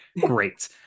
Great